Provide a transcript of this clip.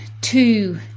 two